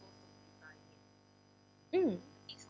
mm